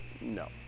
No